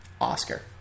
Oscar